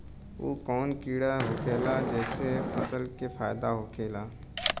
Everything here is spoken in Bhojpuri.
उ कौन कीड़ा होखेला जेसे फसल के फ़ायदा होखे ला?